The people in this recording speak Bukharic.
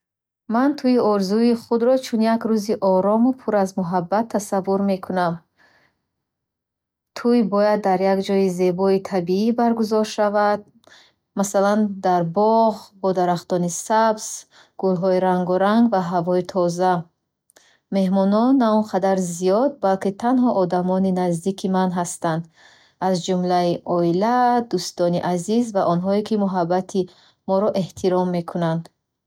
Ман тӯйи орзуии худро чун як рӯзи орому пур аз муҳаббат тасаввур мекунам. Тӯй бояд дар як ҷойи зебои табиӣ баргузор шавад. Масалан, дар боғ бо дарахтони сабз, гулҳои рангоранг ва ҳавои тоза. Меҳмонон на он қадар зиёд, балки танҳо одамони наздики ман ҳастанд. Аз ҷумлаи оила, дӯстони азиз ва онҳое, ки муҳаббати моро эҳтиром мекунанд.